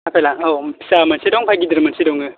आपेला औ फिसा मोनसे दं ओमफ्राय गिदिर मोनसे दङ